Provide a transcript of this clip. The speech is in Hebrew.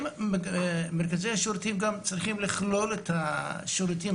מרכזי השירותים צריכים לכלול גם את השירותים